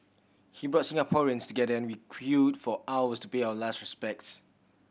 he brought Singaporeans together and we queued for hours to pay our last respects